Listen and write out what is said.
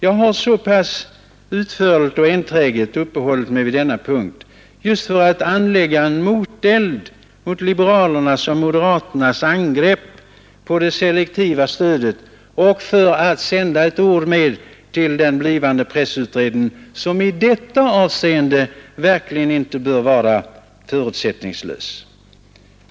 Jag har uppehållit mig vid denna punkt så här utförligt och enträget just för att anlägga en moteld mot liberalernas och moderaternas angrepp på det selektiva stödet och för att sända ett ord med på vägen till den blivande pressutredningen, som i detta avseende verkligen inte bör vara förutsättningslös.